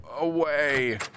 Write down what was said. away